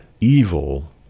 evil